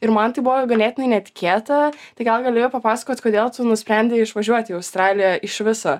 ir man tai buvo ganėtinai netikėta tai gal gali jau papasakot kodėl tu nusprendei išvažiuoti į australiją iš viso